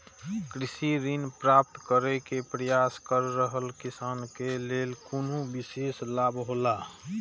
कृषि ऋण प्राप्त करे के प्रयास कर रहल किसान के लेल कुनु विशेष लाभ हौला?